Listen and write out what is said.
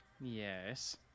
yes